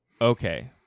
Okay